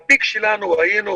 בפיק שלנו היינו